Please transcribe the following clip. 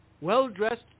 Well-dressed